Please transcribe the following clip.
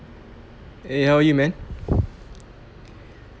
eh how are you man